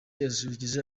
yasusurukije